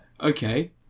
Okay